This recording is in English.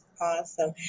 Awesome